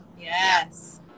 Yes